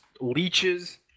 leeches